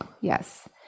yes